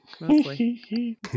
Mostly